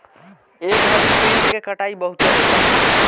ए घड़ी पेड़ के कटाई बहुते होता